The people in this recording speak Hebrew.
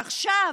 עכשיו,